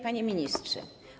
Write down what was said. Panie Ministrze!